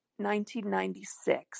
1996